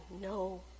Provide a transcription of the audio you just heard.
no